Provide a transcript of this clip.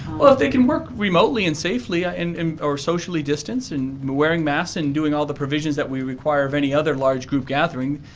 they can work remotely and safely, ah and um or socially distanced, and wearing masks and doing all the provision that is we require of any other large group gathering,